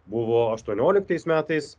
buvo aštuonioliktais metais